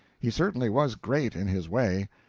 he certainly was great in his way.